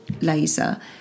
laser